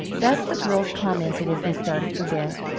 thus the girls commented as they started for bed.